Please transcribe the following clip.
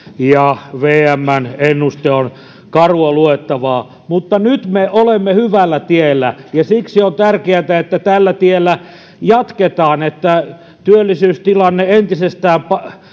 ja vmn ennuste on karua luettavaa mutta nyt me olemme hyvällä tiellä ja siksi on tärkeätä että tällä tiellä jatketaan että työllisyystilanne entisestään